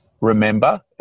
remember